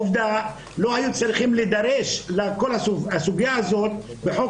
עובדה שלא היו צריכים להידרש לכל הסוגיה הזו בחוק